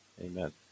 Amen